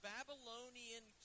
Babylonian